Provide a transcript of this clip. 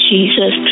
Jesus